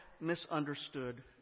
misunderstood